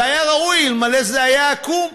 זה היה ראוי אלמלא זה היה עקום.